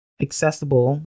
accessible